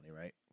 right